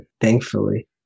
Thankfully